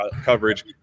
coverage